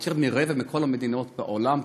יותר מרבע מכל המדינות בעולם,